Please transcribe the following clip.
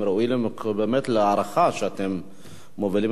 ואתם ראויים באמת להערכה שאתם מובילים